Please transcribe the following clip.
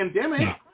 pandemic